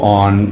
on